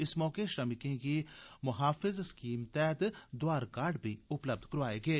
इस मौके श्रमिकें गी मुहाफिज़ स्कीम तैहत दोआर कार्ड बी उपलब्ध कराए गे